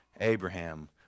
Abraham